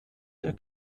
der